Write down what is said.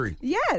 Yes